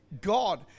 God